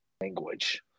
language